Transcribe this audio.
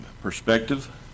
perspective